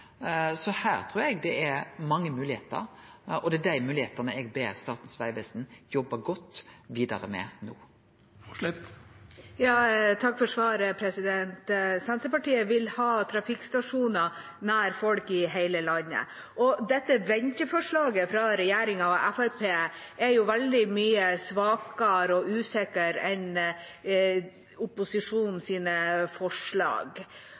så her trur eg det er mange moglegheiter, og det er dei moglegheitene eg ber Statens vegvesen no jobbe godt med vidare. Takk for svaret. Senterpartiet vil ha trafikkstasjoner nær folk i hele landet, og dette venteforslaget fra regjeringa og Fremskrittspartiet er veldig mye svakere og usikkert enn opposisjonens forslag.